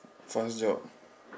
first job